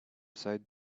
side